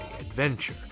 adventure